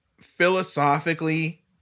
Philosophically